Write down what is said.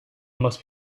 must